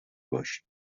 باشید